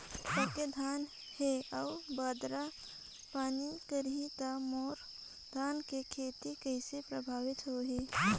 पके धान हे अउ बादर पानी करही त मोर धान के खेती कइसे प्रभावित होही?